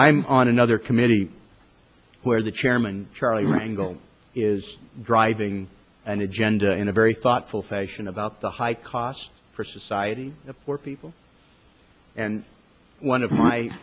i'm on another committee where the chairman charlie rangle is driving an agenda in a very thoughtful fashion about the high cost for society of poor people and one of my